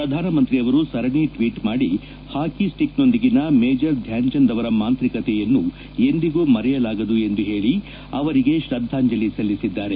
ಪ್ರಧಾನಮಂತ್ರಿಯವರು ಸರಣಿ ಟ್ವೀಟ್ ಮಾದಿ ಹಾಕಿಸ್ಟಿಕ್ನೊಂದಿಗಿನ ಮೇಜರ್ ಧ್ಯಾನ್ಚಂದ್ ಅವರ ಮಾಂತ್ರಿಕತೆಯನ್ನು ಎಂದಿಗೂ ಮರೆಯಲಾಗದು ಎಂದು ಹೇಳಿ ಅವರಿಗೆ ಶ್ರದ್ದಾಂಜಲಿ ಸಲ್ಲಿಸಿದ್ದಾರೆ